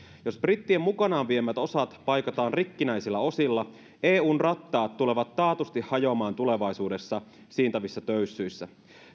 jos brittien mukanaan viemät osat paikataan rikkinäisillä osilla eun rattaat tulevat taatusti hajoamaan tulevaisuudessa siintävissä töyssyissä